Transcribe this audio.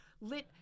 Lit